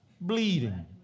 Bleeding